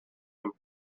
him